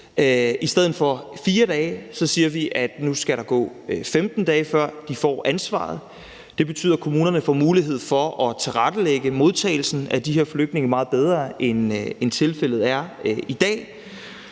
I stedet for 4 dage siger vi at der nu skal gå 15 dage, før de får ansvaret. Det betyder, at kommunerne får mulighed for at tilrettelægge modtagelsen af de her flygtninge meget bedre, end tilfældet er i dag,